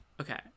Okay